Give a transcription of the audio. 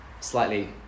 slightly